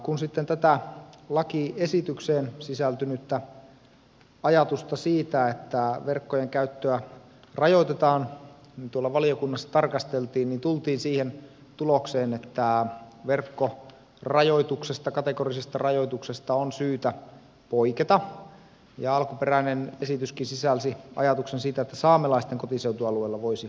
kun tätä lakiesitykseen sisältynyttä ajatusta siitä että verkkojen käyttöä rajoitetaan valiokunnassa tarkasteltiin niin tultiin siihen tulokseen että verkkorajoituksesta kategorisesta rajoituksesta on syytä poiketa ja alkuperäinen esityskin sisälsi ajatuksen siitä että saamelaisten kotiseutualueella voisi kalastaa verkoilla